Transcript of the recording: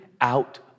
out